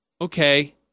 okay